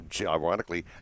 ironically